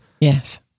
Yes